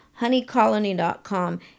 honeycolony.com